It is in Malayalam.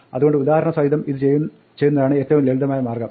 അതുകൊണ്ട് ഉദാഹരണസഹിതം ഇത് ചെയ്യുന്നതാണ് ഏറ്റവും ലളിതമായ മാർഗ്ഗം